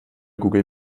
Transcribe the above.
google